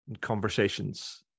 conversations